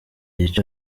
gice